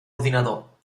ordinador